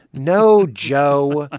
no, joe. ah